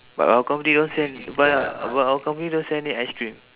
but our company don't sell bu~ but our company don't sell any ice cream